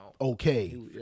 Okay